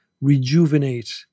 rejuvenate